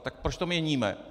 Tak proč to měníme!